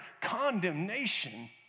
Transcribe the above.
condemnation